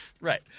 Right